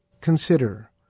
consider